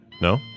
No